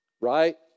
right